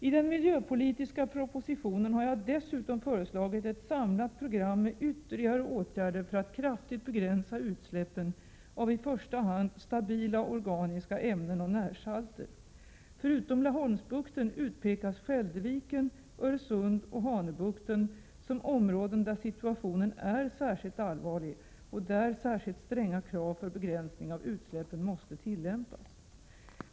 I den miljöpolitiska propositionen har jag dessutom föreslagit ett samlat program med ytterligare åtgärder för att kraftigt begränsa utsläppen av i första hand stabila organiska ämnen och närsalter. Förutom Laholmsbukten utpekas Skälderviken, Öresund och Hanöbukten som områden där situationen är särskilt allvarlig och där särskilt stränga krav för begränsning av utsläppen måste tillämpas.